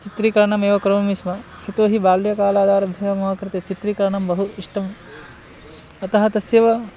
चित्रीकरणमेव करोमि स्म यतोहि बाल्यकालादारभ्य मम कृते चित्रीकरणं बहु इष्टम् अतः तस्यैव